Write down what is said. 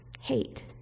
hate